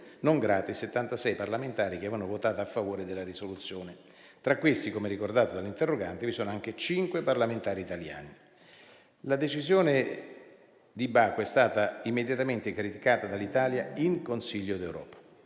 non grate 76 parlamentari che avevano votato a favore della risoluzione; tra questi, come ricordato dall'interrogante, vi sono anche cinque parlamentari italiani. La decisione di Baku è stata immediatamente criticata dall'Italia in Consiglio d'Europa.